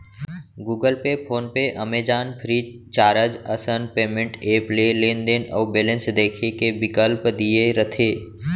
Google Pay, PhonePe, Amazon, Freecharge असन payment app ले लेनदेन अउ बेलेंस देखे के बिकल्प दिये रथे